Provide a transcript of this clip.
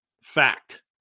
Fact